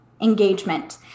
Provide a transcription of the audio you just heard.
engagement